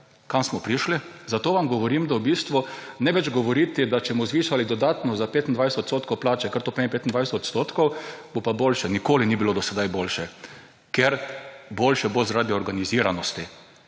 kam smo prišli? Zato vam govorim, da v bistvu ne več govoriti, da če bomo zvišali dodatno za 25 % plače, ker to pomeni 25 % bo pa boljše. Nikoli ni bilo do sedaj boljše, ker boljše bo zaradi organiziranosti